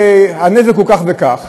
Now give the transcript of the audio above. הנזק הוא כך וכך.